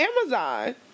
Amazon